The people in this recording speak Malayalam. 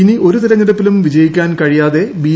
ഇനി ഒരു തെരഞ്ഞെടുപ്പിലും വിജയിക്കാൻ കഴിയാതെ ബി